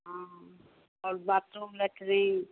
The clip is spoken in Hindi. हाँ और बाथरूम लेट्रिन